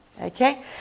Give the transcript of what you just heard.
Okay